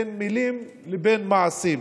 בין מילים לבין מעשים.